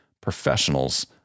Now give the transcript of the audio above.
professionals